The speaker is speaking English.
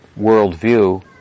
worldview